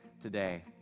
today